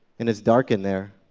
and it's dark in there.